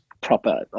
proper